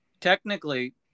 technically